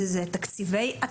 זה תקציבי עתק.